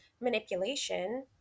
manipulation